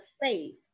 faith